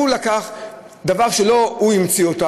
הוא לקח דבר שלא הוא המציא אותו,